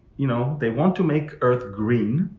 you know, they want to make earth green.